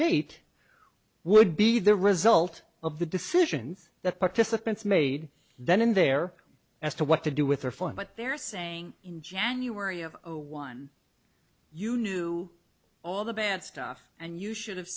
date would be the result of the decisions that participants made then in there as to what to do with her for what they're saying in january of zero one you knew all the bad stuff and you should have